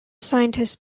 scientists